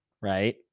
right